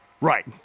Right